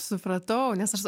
supratau nes aš